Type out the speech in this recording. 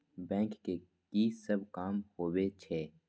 Bank के की सब काम होवे छे?